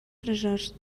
tresors